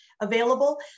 available